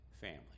family